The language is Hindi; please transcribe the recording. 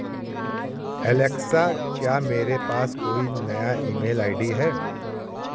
एलेक्सा क्या मेरे पास कोई नया ई मेल आई डी है